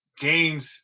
games